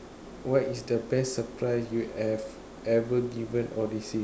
what is the best surprise you have ever given or received